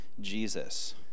Jesus